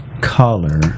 color